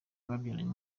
babyaranye